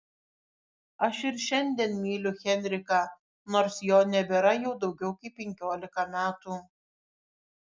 aš ir šiandien myliu henriką nors jo nebėra jau daugiau kaip penkiolika metų